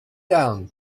down